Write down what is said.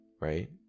right